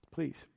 Please